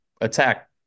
Attack